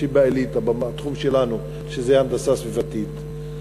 שבאליטה בתחום שלנו, שזה הנדסה סביבתית.